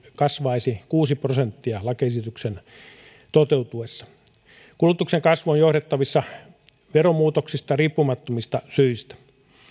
kasvaisi kuusi prosenttia lakiesityksen toteutuessa kulutuksen kasvu on johdettavissa veromuutoksista riippumattomista syistä